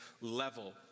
level